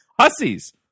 Hussies